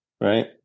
Right